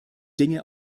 dinge